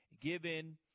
given